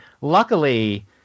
Luckily